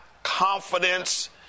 confidence